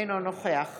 אינו נוכח